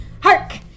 Hark